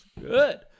good